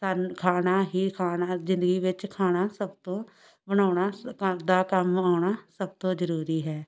ਸਾਨੂੰ ਖਾਣਾ ਹੀ ਖਾਣਾ ਜ਼ਿੰਦਗੀ ਵਿੱਚ ਖਾਣਾ ਸਭ ਤੋਂ ਬਣਾਉਣਾ ਘਰ ਦਾ ਕੰਮ ਆਉਣਾ ਸਭ ਤੋਂ ਜ਼ਰੂਰੀ ਹੈ